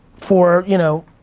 for you know,